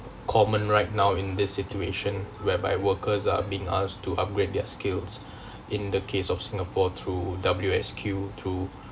common right now in this situation whereby workers are being asked to upgrade their skills in the case of singapore through W_S_Q to